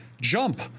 jump